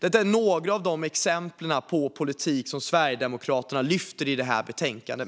Detta är några exempel på Sverigedemokraternas politik i betänkandet.